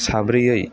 साब्रैयै